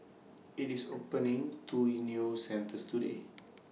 IT is opening two new centres today